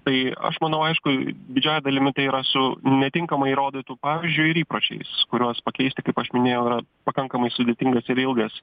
tai aš manau aišku didžiąja dalimi tai yra su netinkamai rodytu pavyzdžiu ir įpročiais kuriuos pakeisti kaip aš minėjau yra pakankamai sudėtingas ir ilgas